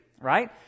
right